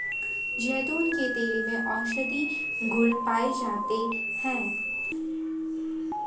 जैतून के तेल में औषधीय गुण पाए जाते हैं